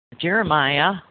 Jeremiah